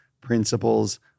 principles